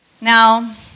Now